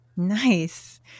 Nice